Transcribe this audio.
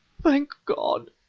thank god!